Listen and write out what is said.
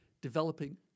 developing